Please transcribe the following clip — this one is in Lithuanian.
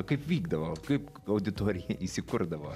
kaip vykdavo kaip auditorija įsikurdavo